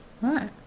Right